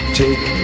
take